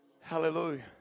Hallelujah